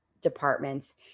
departments